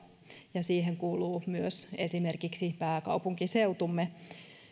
ja siihen kuuluu myös esimerkiksi pääkaupunkiseutumme